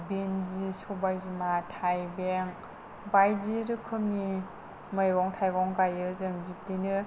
भिन्डि सबाइ बिमा थाइबें बायदि रोखोमनि मैगं थायगं गायो जों बिबदिनो